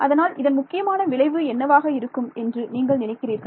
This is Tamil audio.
அதனால் இதன் முக்கியமான விளைவு என்னவாக இருக்கும் என்று நீங்கள் நினைக்கிறீர்கள்